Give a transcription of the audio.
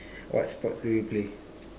what sports do you play